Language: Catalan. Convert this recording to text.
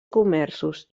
comerços